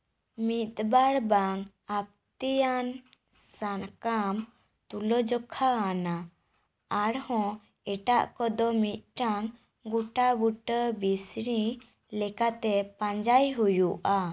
ᱢᱤᱫ ᱵᱟᱨ ᱵᱟᱝ ᱞᱟᱹᱠᱛᱤᱭᱟᱱ ᱥᱟᱠᱟᱢ ᱛᱩᱞᱟᱹᱡᱚᱠᱷᱟ ᱟᱱᱟ ᱟᱨᱦᱚᱸ ᱮᱴᱟᱜ ᱠᱚᱫᱚ ᱢᱤᱫᱴᱟᱱ ᱜᱚᱴᱟᱵᱩᱴᱟᱹ ᱵᱤᱥᱲᱤ ᱞᱮᱠᱟᱛᱮ ᱯᱟᱸᱡᱟᱭ ᱦᱩᱭᱩᱜᱼᱟ